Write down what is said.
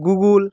Google